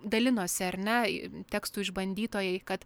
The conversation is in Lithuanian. dalinosi ar ne tekstų išbandytojai kad